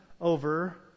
over